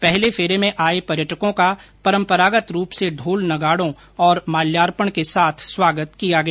पहले फेरे में आए पर्यटकों का परम्परागत रूप से ढोल नगाडो और माल्यार्पण के साथ स्वागत किया गया